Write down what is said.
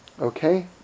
Okay